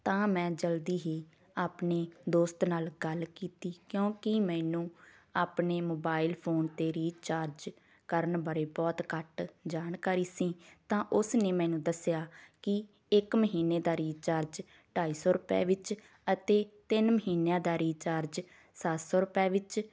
ਤਾਂ ਮੈਂ ਜਲਦੀ ਹੀ ਆਪਣੇ ਦੋਸਤ ਨਾਲ ਗੱਲ ਕੀਤੀ ਕਿਉਂਕਿ ਮੈਨੂੰ ਆਪਣੇ ਮੋਬਾਈਲ ਫੋਨ 'ਤੇ ਰੀਚਾਰਜ ਕਰਨ ਬਾਰੇ ਬਹੁਤ ਘੱਟ ਜਾਣਕਾਰੀ ਸੀ ਤਾਂ ਉਸ ਨੇ ਮੈਨੂੰ ਦੱਸਿਆ ਕਿ ਇੱਕ ਮਹੀਨੇ ਦਾ ਰੀਚਾਰਜ ਢਾਈ ਸੌ ਰੁਪਏ ਵਿੱਚ ਅਤੇ ਤਿੰਨ ਮਹੀਨਿਆਂ ਦਾ ਰੀਚਾਰਜ ਸੱਤ ਸੌ ਰੁਪਏ ਵਿੱਚ